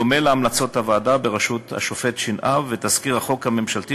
בדומה להמלצות הוועדה בראשות השופט שנהב ותזכיר החוק הממשלתי